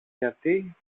γιατί